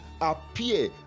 appear